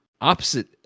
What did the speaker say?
opposite